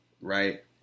right